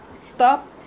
Stop